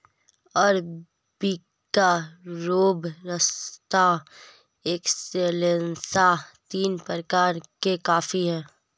arabica robusta excelsa तीन प्रकार के कॉफी हैं